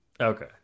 Okay